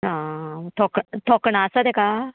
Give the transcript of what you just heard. आं थोक थोकणां आसा ताका